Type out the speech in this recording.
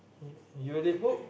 you you read book